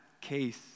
case